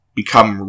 become